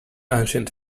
ancient